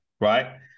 right